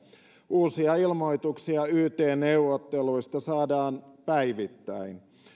uusia ilmoituksia yt neuvotteluista saadaan päivittäin